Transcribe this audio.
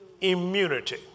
immunity